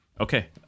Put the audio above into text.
Okay